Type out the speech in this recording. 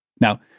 Now